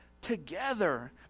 together